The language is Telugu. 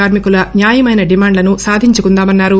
కార్మి కుల న్యాయమైన డిమాండ్లను సాధించుకుందామన్నారు